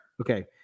Okay